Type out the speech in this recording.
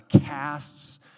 casts